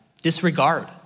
disregard